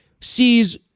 sees